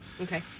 Okay